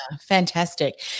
fantastic